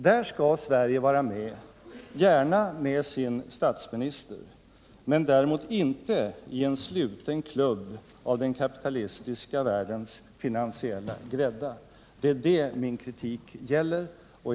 Där bör Sverige vara med, gärna med sin statsminister, men däremot inte i en sluten klubb med den kapitalistiska världens finansiella grädda. Det är det min kritik gäller.